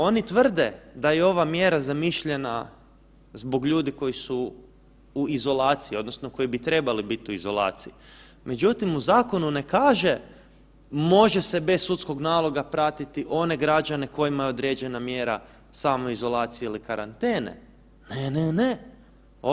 Oni tvrde da je ova mjera zamišljena zbog ljudi koji su u izolaciji, odnosno koji bi trebali biti u izolaciji, međutim, u zakonu ne kaže, može se bez sudskog naloga pratiti one građane kojima je određena mjera samoizolacije ili karantene, ne, ne, ne.